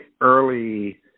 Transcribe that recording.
early